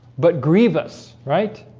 but grievous, right?